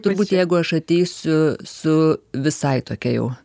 turbūt jeigu aš ateisiu su visai tokia jau